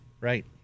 Right